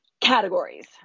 categories